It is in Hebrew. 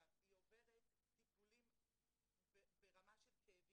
היא עוברת טיפולים ברמה של כאבים,